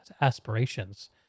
aspirations